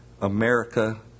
America